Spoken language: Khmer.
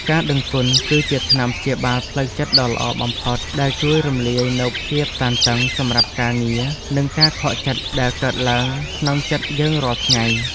ការដឹងគុណគឺជាថ្នាំព្យាបាលផ្លូវចិត្តដ៏ល្អបំផុតដែលជួយរំលាយនូវភាពតានតឹងសម្រាប់ការងារនិងការខកចិត្តដែលកើតឡើងក្នុងចិត្តយើងរាល់ថ្ងៃ។